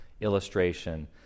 illustration